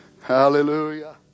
Hallelujah